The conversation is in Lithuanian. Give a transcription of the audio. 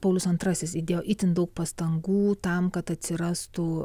paulius antrasis įdėjo itin daug pastangų tam kad atsirastų